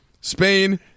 Spain